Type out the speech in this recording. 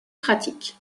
pratique